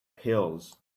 pills